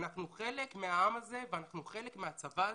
אנחנו חלק מהעם הזה ואנחנו חלק מהצבא הזה.